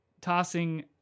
tossing